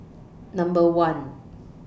Number one